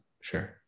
Sure